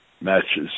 matches